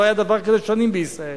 לא היה דבר כזה שנים בישראל,